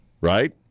right